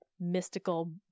Mystical